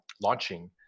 launching